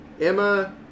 Emma